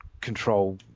control